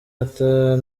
arthur